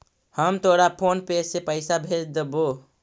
हम तोरा फोन पे से पईसा भेज देबो